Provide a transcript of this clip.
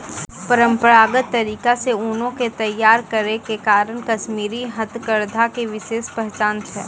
परंपरागत तरीका से ऊनो के तैय्यार करै के कारण कश्मीरी हथकरघा के विशेष पहचान छै